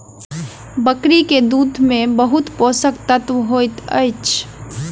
बकरी के दूध में बहुत पोषक तत्व होइत अछि